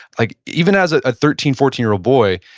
like even as a ah thirteen, fourteen year old boy,